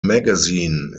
magazine